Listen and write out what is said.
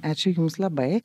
ačiū jums labai